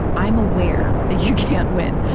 i'm aware that you can't win,